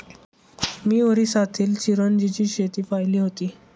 मी ओरिसातील चिरोंजीची शेती पाहिली होती